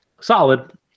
Solid